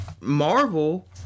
Marvel